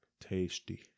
tasty